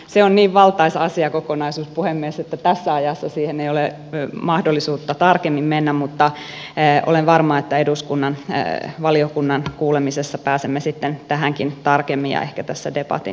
se on niin valtaisa asiakokonaisuus puhemies että tässä ajassa siihen ei ole mahdollisuutta tarkemmin mennä mutta olen varma että valiokunnan kuulemisessa pääsemme sitten tähänkin tarkemmin ja ehkä tässä debatin vaiheessa